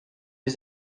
was